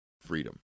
freedom